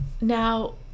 Now